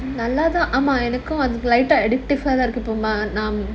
நல்லாத்தான் ஆமா எனக்கும்:nallathaan aamaa enakkum addictive இருக்குது:irukkuthu